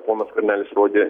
ponas skvernelis rodė